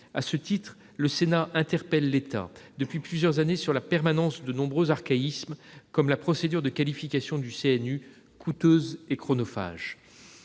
À ce titre, le Sénat interpelle l'État depuis plusieurs années sur la permanence de nombreux archaïsmes, comme la procédure de qualification du Conseil national